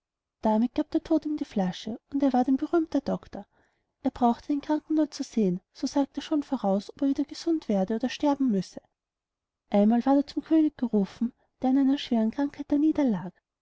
damit gab der tod ihm die flasche und er ward ein berühmter doctor er brauchte nur den kranken zu sehen so sagt er schon voraus ob er wieder gesund werde oder sterben müsse einmal ward er zum könig gerufen der an einer schweren krankheit